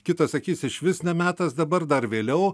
kitas sakys išvis ne metas dabar dar vėliau